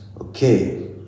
Okay